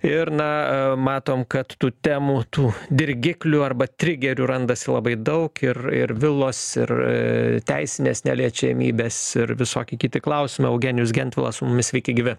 ir na matom kad tų temų tų dirgiklių arba trigerių randasi labai daug ir ir vilos ir teisinės neliečiamybės ir visoki kiti klausimai eugenijus gentvilas su mumis sveiki gyvi